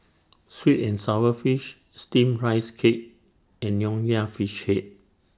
Sweet and Sour Fish Steamed Rice Cake and Nonya Fish Head